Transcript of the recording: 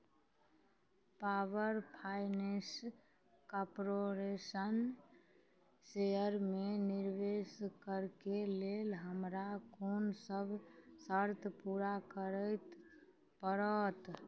power finance corporation शेयरमे निवेश करैके लेल हमरा कोनसब शर्त पूरा करऽ पड़त